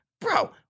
Bro